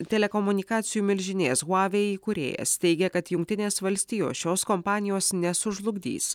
telekomunikacijų milžinės huavei įkūrėjas teigia kad jungtinės valstijos šios kompanijos nesužlugdys